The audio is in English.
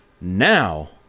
Now